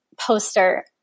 poster